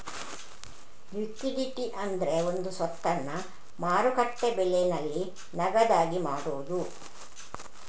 liquidity ಅಂದ್ರೆ ಒಂದು ಸ್ವತ್ತನ್ನ ಮಾರುಕಟ್ಟೆ ಬೆಲೆನಲ್ಲಿ ನಗದಾಗಿ ಮಾಡುದು